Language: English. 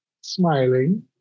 smiling